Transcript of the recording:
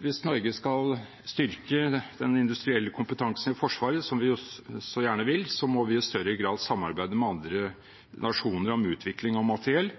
hvis Norge skal styrke den industrielle kompetansen i Forsvaret, som vi så gjerne vil, må vi i større grad samarbeide med andre nasjoner om utvikling av materiell,